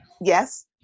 yes